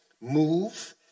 move